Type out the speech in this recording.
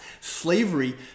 Slavery